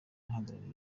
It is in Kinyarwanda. uhagarariye